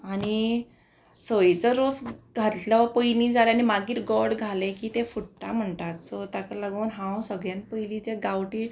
आनी सयेचो रोस घातलो पयली जाल्या आनी मागीर गोड घालें की तें फुडटा म्हणटात सो ताका लागून हांव सगळ्यान पयली तें गांवठी